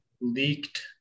leaked